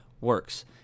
works